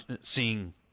seeing